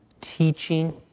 teaching